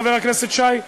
חבר הכנסת שי?